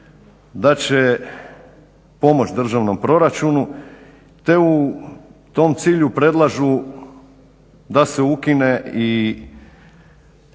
da će pomoći državnom proračunu te u tom cilju predlažu da se ukine i